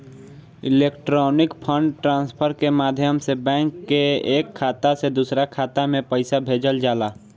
electronic fund transfer के माध्यम से बैंक के एक खाता से दूसरा खाता में पईसा भेजल जाला